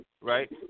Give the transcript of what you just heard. right